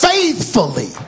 faithfully